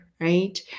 right